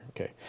Okay